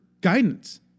guidance